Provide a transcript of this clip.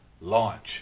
Launch